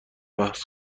بحث